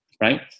right